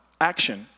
action